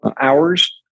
hours